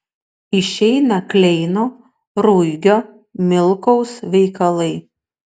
išeina kleino ruigio milkaus veikalai